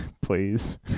please